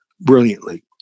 brilliantly